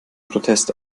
protest